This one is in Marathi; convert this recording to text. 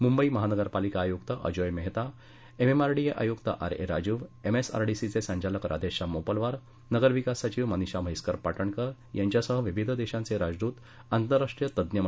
मुंबई महानगर पालिका आयुक्त अजोय मेहता एमएमआरडीए आयुक्त आर ए राजीव एमएसआरडीसीचे संचालक राधेश्याम मोपलवार नगरविकास सचिव मनीषा म्हैसकर पाटणकर यांसह विविध देशांचे राजदूत आंतरराष्ट्रीय तज्ञमंडळी या परिषदेला उपस्थित आहेत